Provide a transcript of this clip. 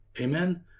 Amen